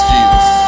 Jesus